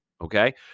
Okay